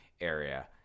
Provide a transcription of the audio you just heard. area